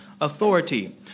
authority